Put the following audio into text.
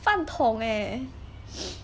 饭桶 leh